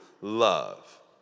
love